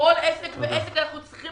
כל עסק ועסק, אנחנו צריכים